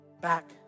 back